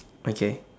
okay